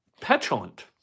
Petulant